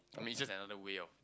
I mean it's just another way of